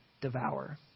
devour